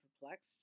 perplexed